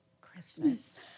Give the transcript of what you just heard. Christmas